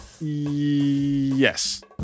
Yes